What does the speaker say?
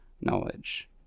knowledge